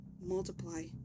multiply